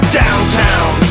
downtown